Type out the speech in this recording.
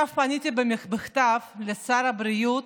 פניתי עכשיו בכתב לשר הבריאות,